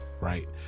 Right